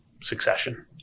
succession